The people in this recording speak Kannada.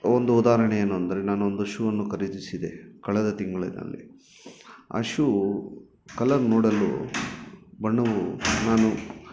ಒಂದು ಉದಾಹರಣೆ ಏನು ಅಂದರೆ ನಾನೊಂದು ಶೂ ಅನ್ನು ಖರೀದಿಸಿದೆ ಕಳೆದ ತಿಂಗಳಿನಲ್ಲಿ ಆ ಶೂ ಕಲರ್ ನೋಡಲು ಬಣ್ಣವು ನಾನು